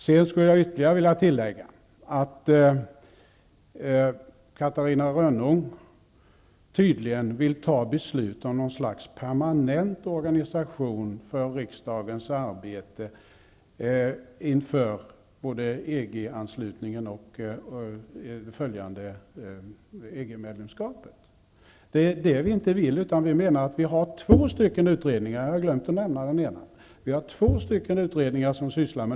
Sedan skulle jag ytterligare vilja tillägga att Catarina Rönnung tydligen vill besluta om något slags permanent organisation av riksdagens arbete inför både EG-anslutningen och det följande EG Men detta vill inte vi. Det finns två utredningar som sysslar med detta -- jag glömde att nämna den ena.